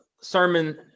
sermon